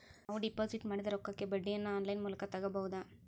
ನಾವು ಡಿಪಾಜಿಟ್ ಮಾಡಿದ ರೊಕ್ಕಕ್ಕೆ ಬಡ್ಡಿಯನ್ನ ಆನ್ ಲೈನ್ ಮೂಲಕ ತಗಬಹುದಾ?